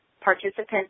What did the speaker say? participants